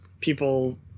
people